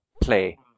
play